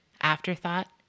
afterthought